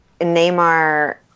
Neymar